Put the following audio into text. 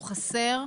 הוא חסר,